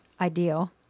ideal